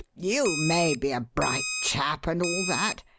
you may be a bright chap and all that,